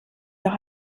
doch